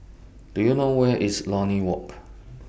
Do YOU know Where IS Lornie Walk